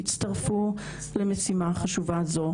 הצטרפו למשימה חשובה זו,